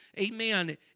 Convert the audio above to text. Amen